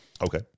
Okay